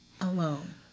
alone